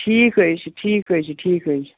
ٹھیٖک حظ چھِ ٹھیٖک حظ چھِ ٹھیٖک حظ چھِ